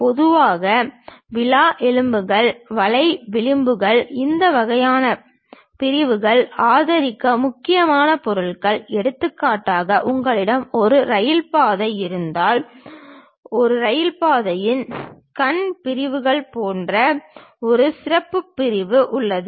பொதுவாக இந்த விலா எலும்புகள் வலை விளிம்புகள் இந்த வகையான பிரிவுகள் ஆதரிக்க முக்கியமான பொருட்கள் எடுத்துக்காட்டாக உங்களிடம் ஒரு ரயில் பாதை இருந்தால் ஒரு பாதையில் கண் பிரிவுகள் போன்ற ஒரு சிறப்பு பிரிவு உள்ளது